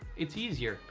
it's easier!